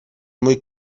muy